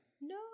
no